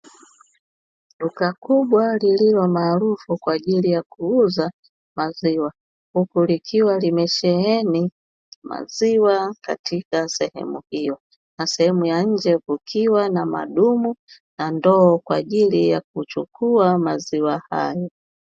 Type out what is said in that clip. Duka kubwa lililo maarufu kwa ajili ya kuuza maziwa, huku likiwa limesheheni maziwa katika sehemu, hiyo na sehemu ya nje kukiwa na madumu, na ndoo kwa ajili ya kuchukua maziwa hayo.